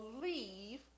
believe